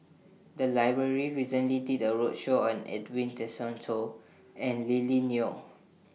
The Library recently did A roadshow on Edwin Tessensohn and Lily Neo